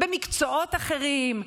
במקצועות אחרים.